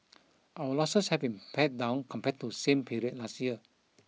our losses have been pared down compared to same period last year